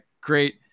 great